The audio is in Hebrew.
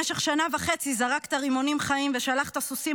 במשך שנה וחצי זרקת רימונים חיים ושלחת סוסים